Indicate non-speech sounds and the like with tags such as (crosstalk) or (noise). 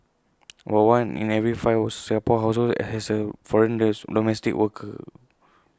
about one in every five or Singapore households has A foreign (unintelligible) domestic worker